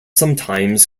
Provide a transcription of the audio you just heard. sometimes